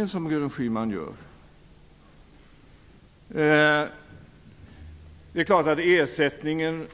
Det är klart att sänkningen av ersättningsnivån